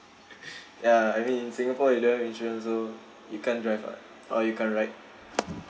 ya I mean in singapore you don't have insurance also you can't drive [what] or you can't ride